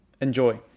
Enjoy